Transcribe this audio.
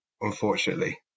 unfortunately